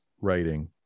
writing